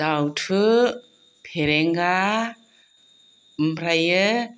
दाउथु फेरेंगा ओमफ्राय